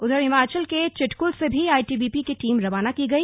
उधर हिमाचल के चिटकल से भी आईटीबीपी की टीम रवाना की गई